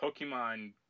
pokemon